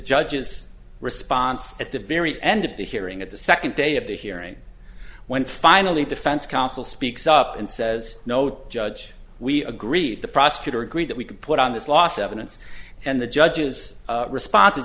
judge's response at the very end of the hearing at the second day of the hearing when finally defense counsel speaks up and says note judge we agreed the prosecutor agreed that we could put on this last evidence and the judge's respon